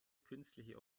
künstliche